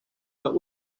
but